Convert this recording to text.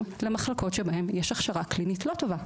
למחלקות שבהן יש הכשרה קלינית לא טובה.